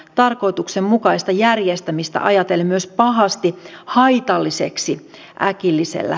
d tarkoituksenmukaista järjestämistä ajatellen myös pahasti haitalliseksi äkillisellä